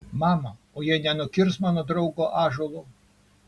mama o jie nenukirs mano draugo ąžuolo